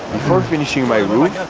before finishing my roof,